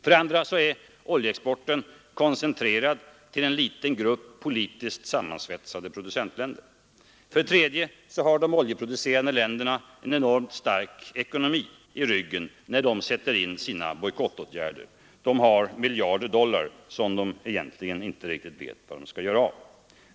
För det andra är oljeexporten koncentrerad till en liten grupp politiskt sammansvetsade producentländer. För det tredje har de oljeproducerande länderna en enormt stark ekonomi i ryggen, när de sätter in sina bojkottåtgärder — de har miljarder dollar, som de egentligen inte riktigt vet vad de skall göra av.